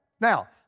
Now